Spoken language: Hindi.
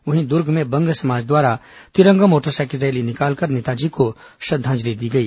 वहीं दुर्ग में बंग समाज द्वारा तिरंगा मोटरसाइकिल रैली निकालकर नेताजी को श्रद्वांजलि दी गई